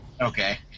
Okay